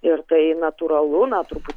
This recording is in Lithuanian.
ir tai natūralu na truputį